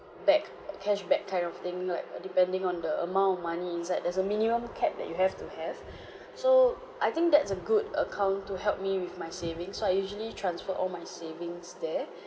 back cashback kind of thing like uh depending on the amount of money inside there's a minimum cap that you have to have so I think that's a good account to help me with my savings so usually transfer all my savings there